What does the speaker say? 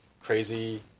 crazy